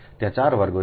ત્યાં 4 વર્ગો છે